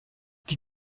die